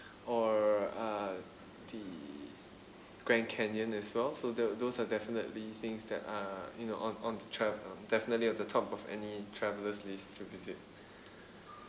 or uh the grand canyon as well so that'll those are definitely things that are you know on on the tra~ definitely at the top of any traveler's list to visit